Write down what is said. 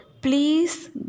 please